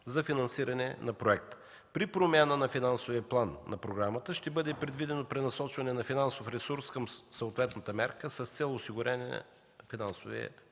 за финансиране на проекта. При промяна на финансовия план на програмата ще бъде предвидено пренасочване на финансов ресурс към съответната мярка с цел осигуряване на финансиране